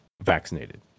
vaccinated